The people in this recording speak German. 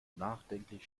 nachdenklich